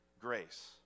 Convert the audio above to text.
grace